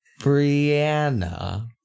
Brianna